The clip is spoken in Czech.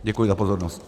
Děkuji za pozornost.